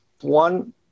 One